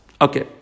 Okay